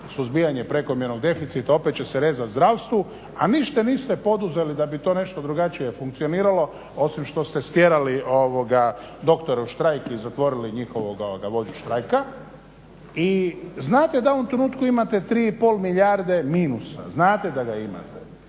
suzbijanje prekomjernog deficita opet će se rezati zdravstvu a ništa niste poduzeli da bi to nešto drugačije funkcioniralo osim što ste stjerali doktore u štrajk i zatvorili njihovoga vođu štrajka. I znate da u ovom trenutku imate 3,5 milijarde minusa, znate da ga imate